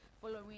following